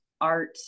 art